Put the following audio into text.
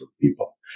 people